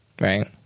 Right